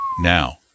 now